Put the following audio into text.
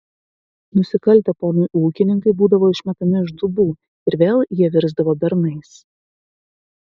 nusikaltę ponui ūkininkai būdavo išmetami iš dubų ir vėl jie virsdavo bernais